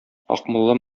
акмулла